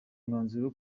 mwanzuro